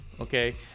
Okay